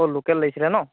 অঁ লোকেল লাগিছিলে ন'